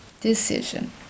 decision